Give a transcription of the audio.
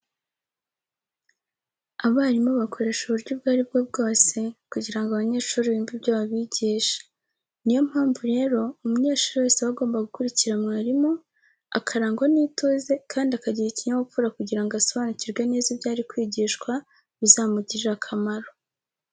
Abarimu bakoresha uburyo ubwo ari bwo bwose, kugira ngo abanyeshuri bumve ibyo babigisha. Niyo mpamvu rero, umunyeshuri wese aba agomba gukurikira mwarimu, akarangwa n'ituze kandi akagira ikinyabupfura kugira ngo asobanukirwe neza ibyo ari kwigishwa bizamugirire akamaro.